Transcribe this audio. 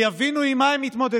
שיבינו עם מה הם מתמודדים.